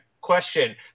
question